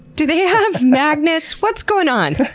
do they have magnets? what's going on?